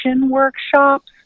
workshops